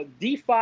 DeFi